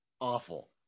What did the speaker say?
awful